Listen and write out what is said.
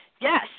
yes